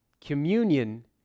Communion